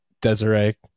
Desiree